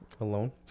alone